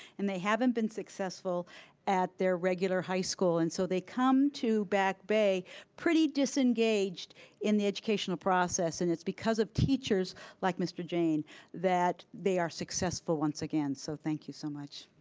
and they haven't been successful at their regular high school and so they come to back bay pretty disengaged in the educational process and it's because of teachers like mr. jane that they are successful once again. so, thank you so much.